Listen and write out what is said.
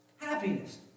Happiness